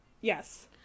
Yes